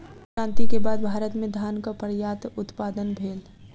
हरित क्रांति के बाद भारत में धानक पर्यात उत्पादन भेल